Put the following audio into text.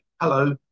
Hello